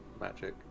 magic